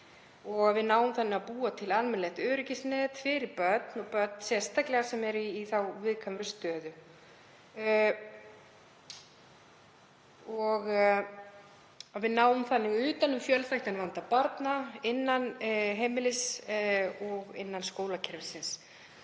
að við náum þannig að búa til almennilegt öryggisnet fyrir börn, sérstaklega börn í viðkvæmri stöðu. Við náum þannig utan um fjölþættan vanda barna innan heimilis og innan skólakerfisins.